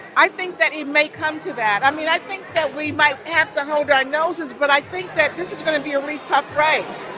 i think that it may come to that. i mean, i think that we might have to hold our noses, but i think that this is going to be a really tough race